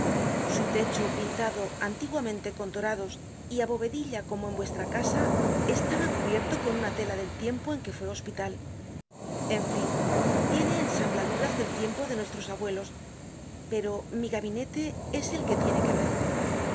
su techo pintado antiguamente con dorados y á bovedilla como en vuestra casa estaba cubierto con una tela del tiempo en que fue hospital en fin tiene ensambladuras del tiempo de nuestros abuelos pero mi gabinete es el que tiene que ver